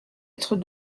être